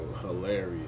hilarious